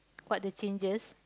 what the changes